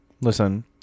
Listen